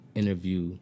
interview